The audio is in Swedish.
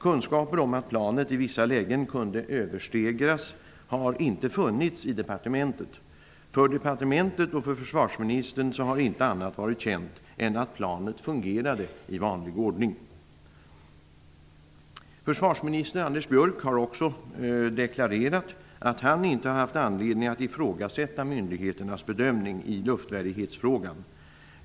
Kunskaper om att planet i vissa lägen kunde överstegras har inte funnits i departementet. För departementet och för försvarsministern har inte annat varit känt än att planet fungerade i vanlig ordning. Försvarsminister Anders Björck har också deklarerat att han inte haft anledning att ifrågasätta myndigheternas bedömning i luftvärdighetsfrågan.